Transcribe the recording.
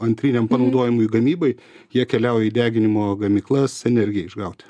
antriniam panaudojimui gamybai jie keliauja į deginimo gamyklas energijai išgauti